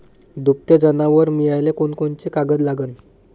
दुभते जनावरं मिळाले कोनकोनचे कागद लागन?